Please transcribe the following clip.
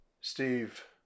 steve